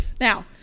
Now